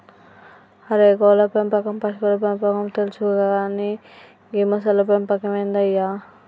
అరే కోళ్ళ పెంపకం పశువుల పెంపకం తెలుసు కానీ గీ మొసళ్ల పెంపకం ఏందయ్య